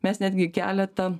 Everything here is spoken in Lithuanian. mes netgi keletą